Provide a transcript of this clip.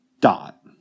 Dot